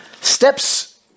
Steps